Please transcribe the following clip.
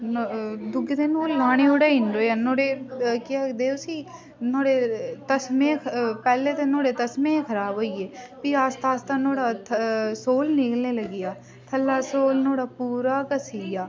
दुए दिन ओह् लाने ओह्ड़ा नी रेहा नुहाड़े केह् आखदे उसी नुहाड़ा तसमें पैह्लें ते नुहाड़े तसमें खराब होई गे फ्ही आस्ता आस्ता नुहाड़ा था सौल निकलना लगी पेआ थल्लै सौल नुहाड़ा पूरा घसी गेआ